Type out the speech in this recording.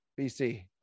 BC